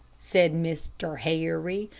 said mr. harry,